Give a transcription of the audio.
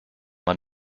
man